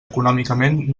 econòmicament